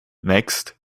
next